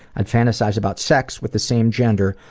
i'd fantasize about sex with the same gender,